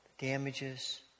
damages